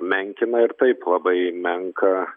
menkina ir taip labai menką